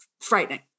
frightening